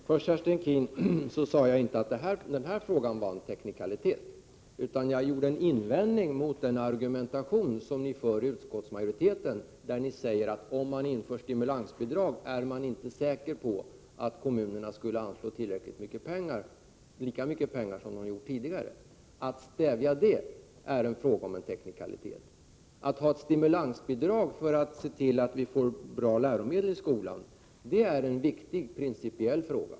Herr talman! Jag sade inte att denna fråga var en teknikalitet, Kerstin Keen. Jag gjorde däremot en invändning mot den argumentation som ni i utskottsmajoriteten för, när ni säger att det om stimulansbidrag införs inte är säkert att kommunerna skulle anslå lika mycket pengar som de tidigare har gjort. Att stävja detta är en fråga om teknikaliteter. Att ha ett stimulansbidrag för att se till att vi får bra läromedel i skolan är tvärtom en viktig principiell fråga.